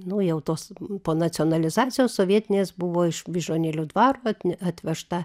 nu jau tos po nacionalizacijos sovietinės buvo iš vyžuonėlių dvaro atvežta